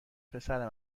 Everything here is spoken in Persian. پسر